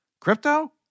crypto